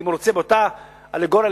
אם הוא רוצה להשתמש באותה אלגוריה,